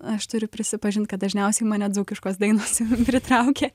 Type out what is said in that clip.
aš turiu prisipažint kad dažniausiai mane dzūkiškos dainos pritraukia